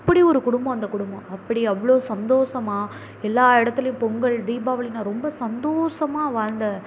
அப்படி ஒரு குடும்பம் அந்த குடும்பம் அப்படி அவ்வளோ சந்தோஷமா எல்லா இடத்துலையும் பொங்கல் தீபாவளின்னா ரொம்ப சந்தோஷமா வாழ்ந்த